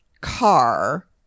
car